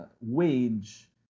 wage